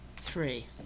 three